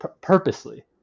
purposely